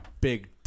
big –